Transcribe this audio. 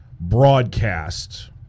broadcast